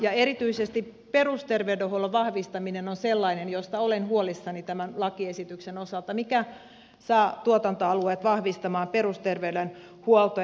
erityisesti perusterveydenhuollon vahvistaminen on sellainen josta olen huolissani tämän lakiesityksen osalta mikä saa tuotantoalueet vahvistamaan perusterveydenhuoltoa